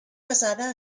pesada